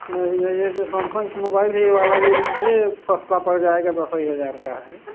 नहीं नहीं ये सैमसंग की मोबाइल ये वाला ले लीजिए सस्ता पड़ जाएगा दस ही हजार का है